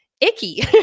icky